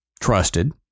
trusted